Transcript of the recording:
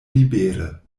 libere